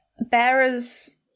Bearers